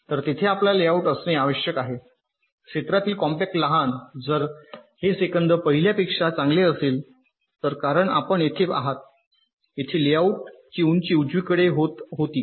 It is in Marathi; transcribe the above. तर तेथे आपला लेआउट असणे आवश्यक आहे क्षेत्रातील कॉम्पॅक्ट लहान जर हे सेकंद पहिल्यापेक्षा चांगले असेल तर कारण आपण येथे आहात येथे लेआउटची उंची उजवीकडे होत होती